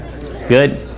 Good